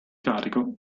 carico